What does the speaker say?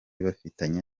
bafitanye